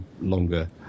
longer